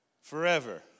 forever